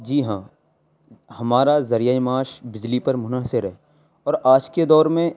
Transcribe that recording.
جی ہاں ہمارا ذریعہ معاش بجلی پر منحصر ہے اور آج کے دور میں